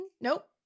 nope